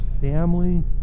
family